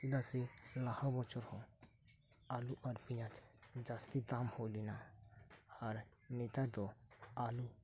ᱪᱮᱫᱟᱜ ᱥᱮ ᱞᱟᱦᱟ ᱵᱚᱪᱷᱚᱨ ᱦᱚᱸ ᱟᱞᱩ ᱟᱨ ᱯᱮᱸᱭᱟᱡᱽ ᱡᱟᱥᱛᱤ ᱫᱟᱢ ᱦᱳᱭ ᱞᱮᱱᱟ ᱟᱨ ᱱᱮᱛᱟᱨ ᱫᱚ ᱟᱞᱩ